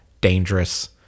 dangerous